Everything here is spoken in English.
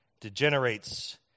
degenerates